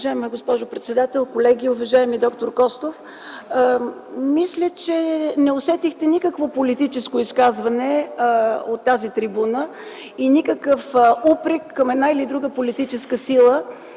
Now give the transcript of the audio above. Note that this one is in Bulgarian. Уважаема госпожо председател, колеги! Уважаеми господин Костов, мисля, че не усетихте никакво политическо изказване от тази трибуна и никакъв упрек към една или друга политическа сила